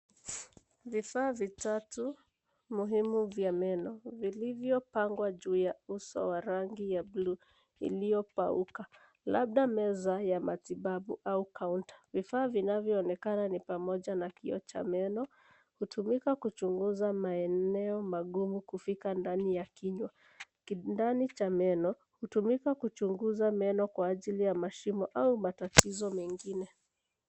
Vifaa vitatu muhimu vya meno vilivyopangwa juu ya uso wa rangi ya buluu iliyopauka, labda meza ya matibabu au kaunta. Vifaa vinavyoonekana ni pamoja na kioo cha meno, hutumika kuchunguza maeneo magumu kufika ndani ya kinywa, ndani cha meno hutumika kuchunguza meno kwa ajili ya mashimo au matachizo mengine.